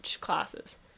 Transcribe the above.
classes